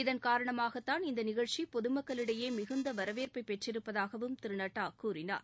இதன் காரணமாகத்தான் இந்த நிகழ்ச்சி பொதுமக்களிடையே மிகுந்த வரவேற்பை பெற்றிருப்பதாகவும் திரு நட்டா கூறினார்